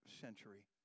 century